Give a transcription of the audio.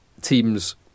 teams